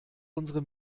unsere